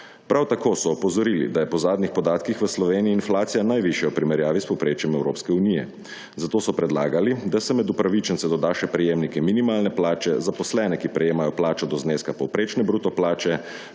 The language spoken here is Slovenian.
Prav tako so opozorili, da je po zadnjih podatkih v Sloveniji inflacija najvišja v primerjavi s povprečjem Evropske unije, zato so predlagali, da se med upravičence dodajo še prejemniki minimalne plače, zaposlene, ki prejemajo plačo do zneska povprečne bruto plače,